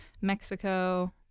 Mexico